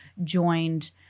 Joined